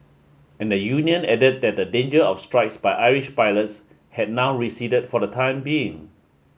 and the union added that the danger of strikes by Irish pilots had now receded for the time being